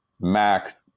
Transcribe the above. Mac